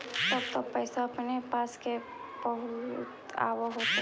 तब तो पैसबा अपने के पास बहुते आब होतय?